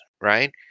right